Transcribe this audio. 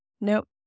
Nope